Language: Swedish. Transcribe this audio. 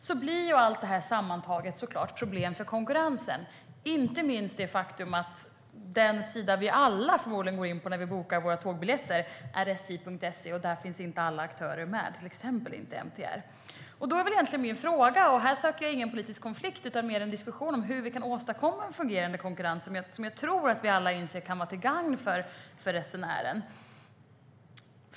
Sammantaget innebär det problem vad gäller konkurrensen, inte minst när vi bokar biljetter. Den hemsida som vi alla förmodligen går in på när vi bokar våra tågbiljetter är www.sj.se, och där finns inte alla aktörer med, till exempel inte MTR. Därför är min fråga - här söker jag inte någon politisk konflikt utan mer en diskussion - hur vi kan åstadkomma en fungerande konkurrens, som jag tror att vi alla inser kan vara till gagn för resenärerna.